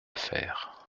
faire